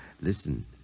Listen